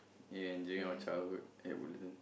ya enjoying our childhood at Woodlands